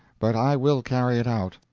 but i will carry it out.